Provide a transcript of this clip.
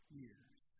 years